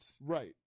Right